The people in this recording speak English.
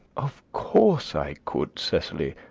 of course i could, cecily.